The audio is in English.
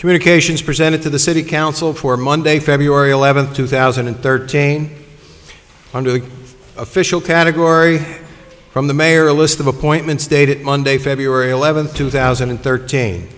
communications presented to the city council for monday february eleventh two thousand and thirteen under the official category from the mayor a list of appointments dated monday february eleventh two thousand and thirteen